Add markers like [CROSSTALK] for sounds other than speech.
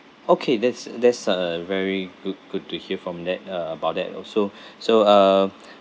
okay that's a that's a a very good good to hear from that uh about that also [BREATH] so uh